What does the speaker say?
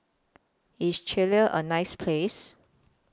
IS Chile A nice Place